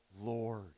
Lord